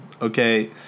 okay